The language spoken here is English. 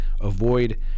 avoid